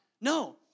No